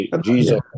Jesus